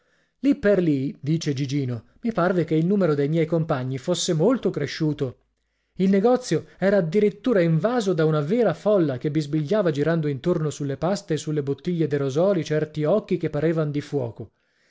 lì per lì dice gigino mi parve che il numero dei miei compagni fosse molto cresciuto il negozio era addirittura invaso da una vera folla che bisbigliava girando intorno sulle paste e sulle bottiglie de'rosolii certi occhi che parevan di fuoco